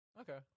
Okay